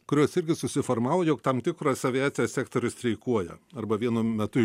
kurios irgi susiformavo jog tam tikras aviacijos sektorius streikuoja arba vienu metu